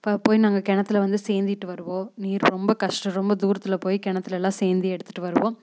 இப்போ போய் நாங்கள் கிணத்தில் வந்து சேர்ந்திட்டு வருவோம் நீர் ரொம்ப கஷ்டம் ரொம்ப தூரத்தில் போய் கிணத்துலலாம் சேர்ந்து எடுத்துகிட்டு வருவோம்